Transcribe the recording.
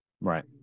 Right